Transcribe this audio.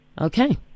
Okay